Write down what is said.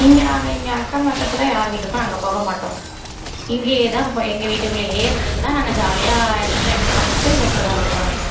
இங்கே நாங்கள் இங்கே அக்கம் பக்கத்தில் யார் வீட்டுக்கும் நாங்கள் போக மாட்டோம் இங்கேயே தான் இருப்போம் எங்கள் வீட்டுக்குள்ளேயே இருந்துக்கிட்டு தான் நாங்கள் ஜாலியாக என்டர்டெயின்மென்ட்டு பண்ணிக்கிட்டு இப்படி தான் இருப்போம் நாங்கள்